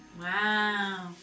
Wow